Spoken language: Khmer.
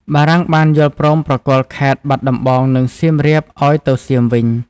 បារាំងបានយល់ព្រមប្រគល់ខេត្តបាត់ដំបង និងសៀមរាបឲ្យទៅសៀមវិញ។